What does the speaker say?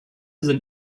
sind